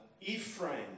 Ephraim